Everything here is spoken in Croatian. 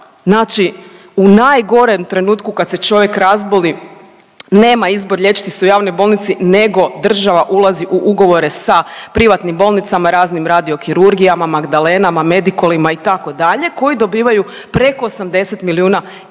znači u najgorem trenutku kad se čovjek razboli nema izbor liječiti se u javnoj bolnici nego država ulazi u ugovore sa privatnim bolnicama, raznim radio kirurgijama, Magdalenama, Medikolima itd. koji dobivaju preko 80 milijuna eura